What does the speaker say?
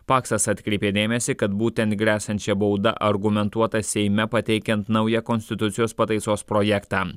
paksas atkreipė dėmesį kad būtent gresiančia bauda argumentuota seime pateikiant naują konstitucijos pataisos projektą